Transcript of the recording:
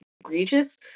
egregious